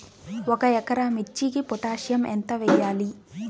ఒక ఎకరా మిర్చీకి పొటాషియం ఎంత వెయ్యాలి?